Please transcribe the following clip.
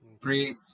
Three